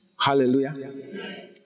Hallelujah